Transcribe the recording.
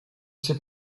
się